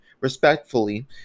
respectfully